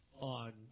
on